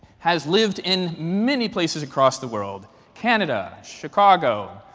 has lived in many places across the world canada, chicago,